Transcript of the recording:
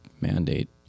mandate